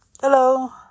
Hello